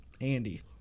Andy